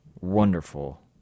wonderful